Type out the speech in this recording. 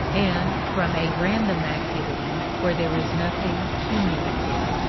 and from a random activity where there is nothing cumulative.